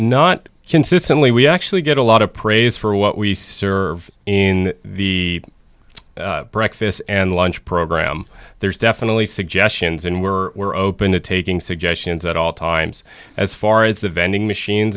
not consistently we actually get a lot of praise for what we serve in the breakfast and lunch program there's definitely suggestions and were open to taking suggestions at all times as far as the vending machines